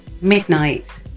midnight